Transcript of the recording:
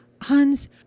Hans